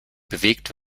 bewegt